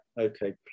okay